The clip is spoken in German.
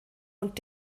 und